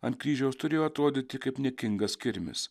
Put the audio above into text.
ant kryžiaus turėjo atrodyti kaip niekingas kirmis